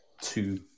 two